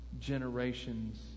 generations